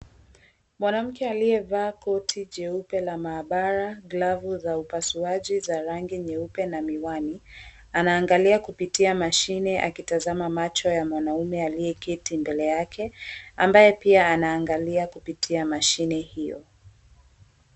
Mwanamke aliyevaa koti jeupe la maabara, glavu za upasuaji za rangi nyeupe na miwani, anaangalia kupitia mashine akitazama macho ya mwanaume aliyeketi mbele yake ambaye pia anaangalia kupitia mashine hiyo.